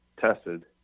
tested